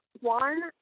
One